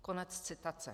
Konec citace.